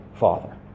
father